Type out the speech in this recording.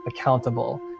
accountable